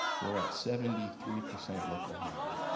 we're at seventy three percent local hire.